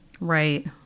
Right